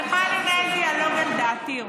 אני יכולה לנהל דיאלוג על דעתי.